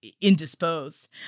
indisposed